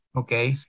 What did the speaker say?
okay